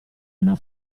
una